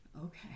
Okay